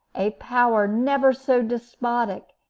a power never so despotic,